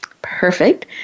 Perfect